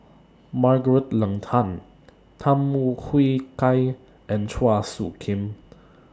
Margaret Leng Tan Tham Yui Kai and Chua Soo Khim